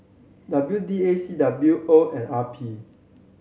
W D A C W O and R P